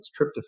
serotonin